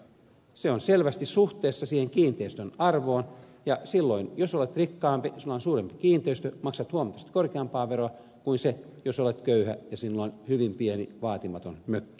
se on selvästi suhteessa siihen kiinteistön arvoon ja silloin jos olet rikkaampi sinulla on suurempi kiinteistö maksat huomattavasti korkeampaa veroa kuin jos olet köyhä ja sinulla on hyvin pieni vaatimaton mökki